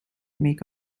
make